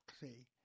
see